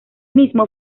mismo